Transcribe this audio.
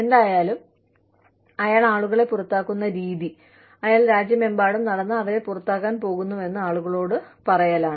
എന്തായാലും അയാൾ ആളുകളെ പുറത്താക്കുന്ന രീതി അയാൾ രാജ്യമെമ്പാടും നടന്ന് അവരെ പുറത്താക്കാൻ പോകുന്നുവെന്ന് ആളുകളോട് പറയലാണ്